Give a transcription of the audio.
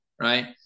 right